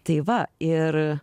tai va ir